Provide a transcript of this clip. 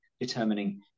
determining